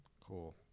Cool